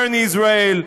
burn Israel.